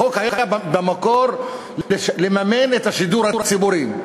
החוק היה במקור לממן את השידור הציבורי.